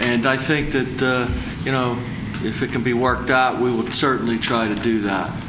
and i think that you know if it can be worked out we would certainly try to do that